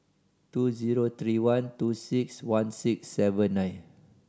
two zero three one two six one six seven nine